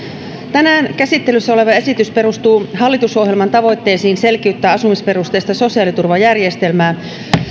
tänään käsittelyssä oleva esitys perustuu hallitusohjelman tavoitteisiin selkiyttää asumisperusteista sosiaaliturvajärjestelmää